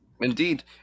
Indeed